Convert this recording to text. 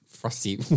frosty